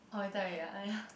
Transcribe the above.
orh you tie already ah !aiya!